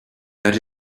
that